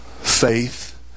faith